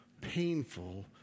painful